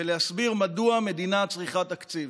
ולהסביר מדוע המדינה צריכה תקציב,